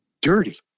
dirty